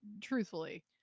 Truthfully